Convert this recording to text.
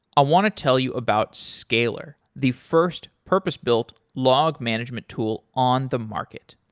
i want to tell you about scalyr, the first purpose-built log management tool on the market.